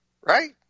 right